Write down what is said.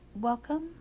welcome